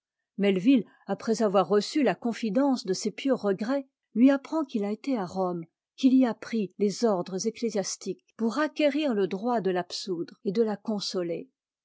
après avoir reçu la confidence de ses pieux regrets lui apprend qu'il a été à rome qu'il y a pris les ordres ecclésiastiques pour acquérir le droit de l'absoudre et de la consoler